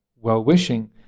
well-wishing